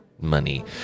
money